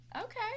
Okay